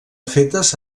fetes